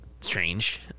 strange